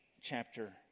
chapter